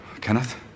Kenneth